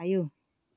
आयौ